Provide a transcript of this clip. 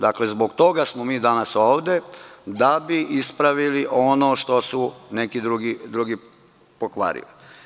Dakle, zbog toga smo mi danas ovde, da bi ispravili ono što su neki drugi pokvarili.